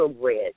bread